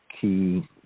key